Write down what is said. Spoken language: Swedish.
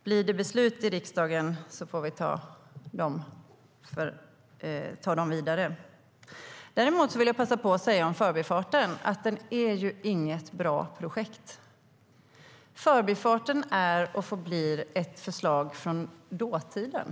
Blir det beslut i riksdagen får vi ta det vidare. Däremot vill jag passa på att säga att Förbifarten inte är något bra projekt. Förbifarten är och förblir ett förslag från dåtiden.